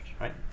right